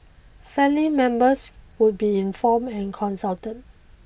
family members would be informed and consulted